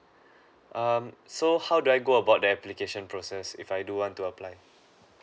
um so how do I go about the application process if I do want to apply